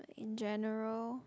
in general